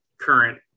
current